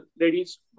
ladies